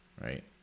right